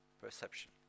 perception